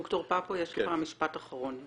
ד"ר פפו, יש לך משפט אחרון.